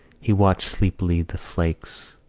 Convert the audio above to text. he watched sleepily the flakes,